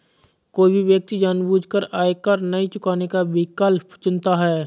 कोई व्यक्ति जानबूझकर आयकर नहीं चुकाने का विकल्प चुनता है